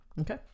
Okay